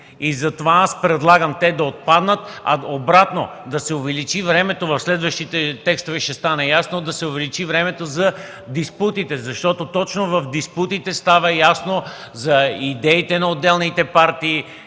Затова аз предлагам те да отпаднат, а обратно, в следващите текстове ще стане ясно – да се увеличи времето за диспутите, защото точно в диспутите стават ясни идеите на отделните партии,